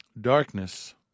Darkness